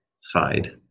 side